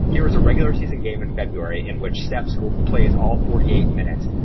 here is a regular season game in february in which steph school plays all forty eight minutes.